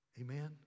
Amen